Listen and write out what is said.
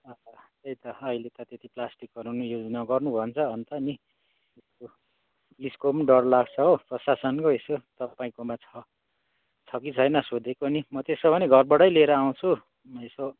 त्यही त अहिले त त्यति प्लास्टिकहरू पनि युज नगर्नु भन्छ अन्त नि यसको पनि डर लाग्छौ प्रशासनको यसो तपाईँकोमा छ कि छैन सोधेको नि म त्यसो भने घरबाटै लिएर आउँछु अनि यसो